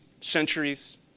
centuries